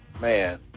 man